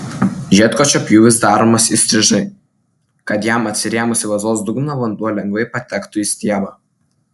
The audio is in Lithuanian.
žiedkočio pjūvis daromas įstrižai kad jam atsirėmus į vazos dugną vanduo lengvai patektų į stiebą